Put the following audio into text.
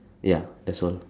ya that's all